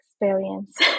experience